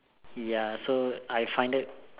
ya so I find that